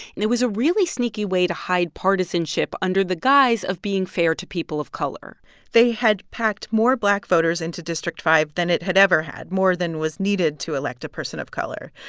and it was a really sneaky way to hide partisanship under the guise of being fair to people of color they had packed more black voters into district five than it had ever had more than was needed to elect a person of color,